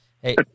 Hey